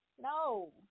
no